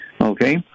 okay